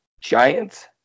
Giants